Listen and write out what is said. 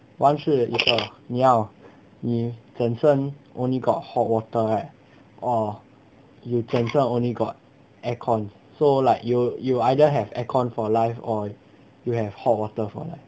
one 是那个你要你整身 only got hot water right or you 整身 only got aircon so like you you either have aircon for life or you have hot water for life